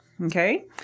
Okay